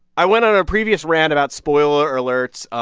i went on a previous rant about spoiler alerts.